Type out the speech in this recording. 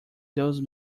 those